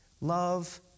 love